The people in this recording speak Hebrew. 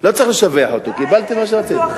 לא צריך לשבח אותו, קיבלתם מה שרציתם.